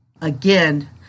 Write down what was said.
again